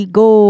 go